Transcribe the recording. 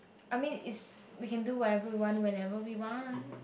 I mean is we can do whatever we want whenever we want